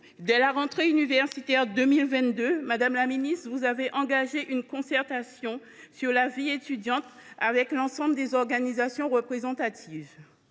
dès la rentrée universitaire de 2022, vous avez engagé une concertation sur la vie étudiante avec l’ensemble des organisations représentatives.